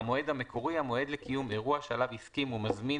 "המועד המקורי" המועד לקיום אירוע שעליו הסכימו מזמין